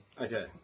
Okay